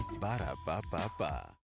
Ba-da-ba-ba-ba